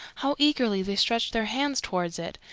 how eagerly they stretch their hands towards it,